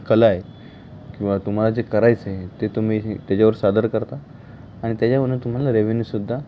कला आहे किंवा तुम्हाला जे करायचं आहे ते तुम्ही त्याच्यावर सादर करता आणि त्याच्यामधून तुम्हाला रेव्हेन्यू सुद्धा